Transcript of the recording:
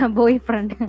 boyfriend